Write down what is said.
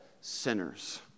sinners